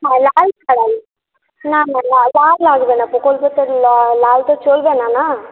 আর লাল ছাড়া না না লাল লাগবে না প্রকল্পে তো লাল তো চলবেনা না